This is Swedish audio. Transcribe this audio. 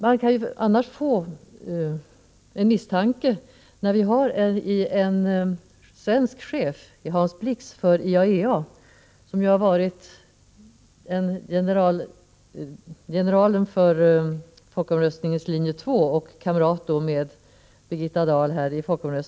Det kan annars uppkomma misstankar, när vi har en svensk som chef— det är Hans Blix — för IAEA, som ju var general för linje 2 i folkomröstningen och alltså kamrat med Birgitta Dahl där.